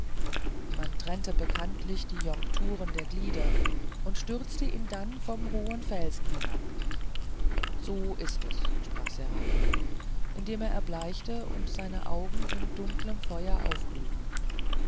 man trennte bekanntlich die junkturen der glieder und stürzte ihn dann vom hohen felsen hinab so ist es sprach serapion indem er erbleichte und seine augen in dunklem feuer aufglühten